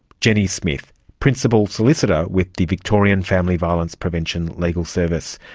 jenni smith principle solicitor with the victorian family violence prevention legal service.